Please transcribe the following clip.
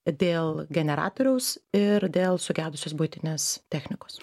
dėl generatoriaus ir dėl sugedusios buitinės technikos